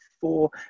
four